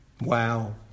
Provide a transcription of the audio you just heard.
Wow